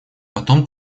потом